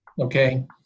okay